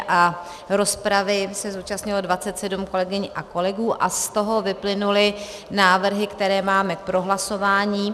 A rozpravy se zúčastnilo 27 kolegyň a kolegů a z toho vyplynuly návrhy, které máme k prohlasování.